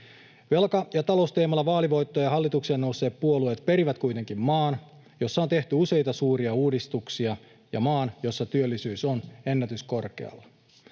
Velka- ja talousteemalla vaalivoittoon ja hallitukseen nousseet puolueet perivät kuitenkin maan, jossa on tehty useita suuria uudistuksia, ja maan, jossa työllisyys on ennätyskorkealla.